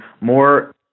more